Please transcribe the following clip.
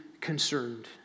concerned